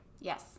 Yes